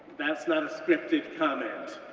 that's not a scripted comment,